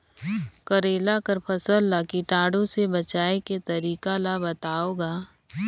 करेला कर फसल ल कीटाणु से बचाय के तरीका ला बताव ग?